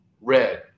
red